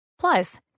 Plus